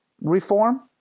reform